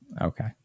Okay